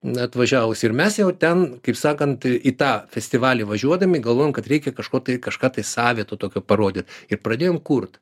na atvažiavusi ir mes jau ten kaip sakant į tą festivalį važiuodami galvojom kad reikia kažko kažką tai savito tokio parodyt ir pradėjom kurti